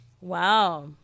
Wow